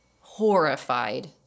horrified